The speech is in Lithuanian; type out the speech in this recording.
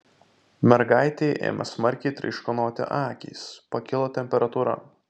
mergaitei ėmė smarkiai traiškanoti akys pakilo temperatūra